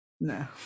No